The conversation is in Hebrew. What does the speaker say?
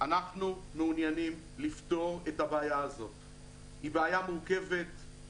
אנחנו מעוניינים לפתור את הבעיה המורכבת הזו.